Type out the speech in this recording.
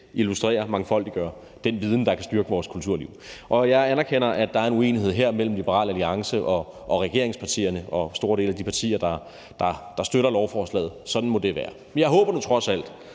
illustrere og mangfoldiggøre den viden, der kan styrke vores kulturliv. Jeg anerkender, at der er en uenighed her mellem Liberal Alliance på den ene side og regeringspartierne og store dele af de partier, der støtter lovforslaget, på den anden side. Sådan må det være. Men jeg håber nu trods alt